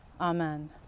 Amen